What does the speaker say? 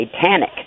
satanic